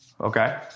Okay